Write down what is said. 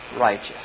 righteous